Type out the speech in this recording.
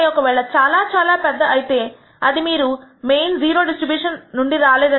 ఒక వేళ చాలా చాలా పెద్ద అయితే అది మీరు మెయిన్ 0 డిస్ట్రిబ్యూషన్ నుండి రాలేదని